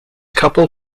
couple